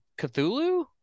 Cthulhu